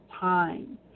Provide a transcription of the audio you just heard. time